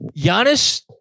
Giannis